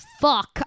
fuck